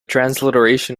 transliteration